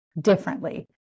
differently